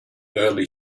early